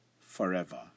forever